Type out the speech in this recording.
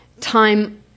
time